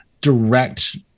direct